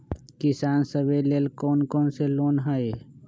किसान सवे लेल कौन कौन से लोने हई?